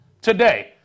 today